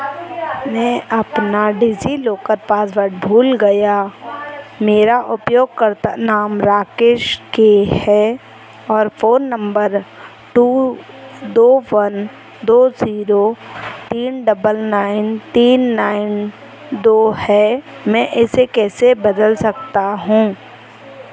मैं अपना DigiLocker password भूल गया मेरा उपयोगकर्ता नाम राकेश के है और फोन नंबर टू दो वन दो जीरो तीन डबल नाइन तीन नाइन दो है मैं इसे कैसे बदल सकता हूँ